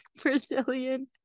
Brazilian